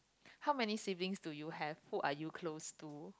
how many siblings do you have who are you close to